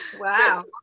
wow